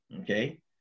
Okay